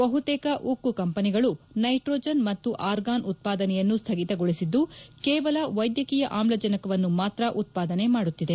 ಬಹುತೇಕ ಉಕ್ಕು ಕಂಪೆನಿಗಳು ನೈಟ್ರೋಜನ್ ಮತ್ತು ಆರ್ಗಾನ್ ಉತ್ಪಾದನೆಯನ್ನು ಸ್ಥಗಿತಗೊಳಿಸಿದ್ದು ಕೇವಲ ವೈದ್ಯಕೀಯ ಆಮ್ಲಜನಕವನ್ನು ಮಾತ್ರ ಉತ್ಪಾದನೆ ಮಾಡುತ್ತಿದೆ